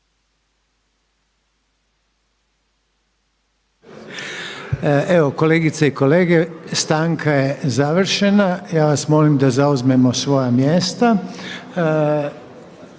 Evo kolegice i kolege, stanka je završena. Ja vas molim da zauzmemo svoja mjesta.